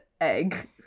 egg